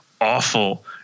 awful